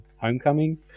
Homecoming